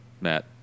Matt